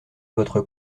votre